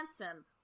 handsome